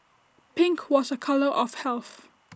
pink was A colour of health